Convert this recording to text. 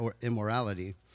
immorality